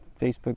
Facebook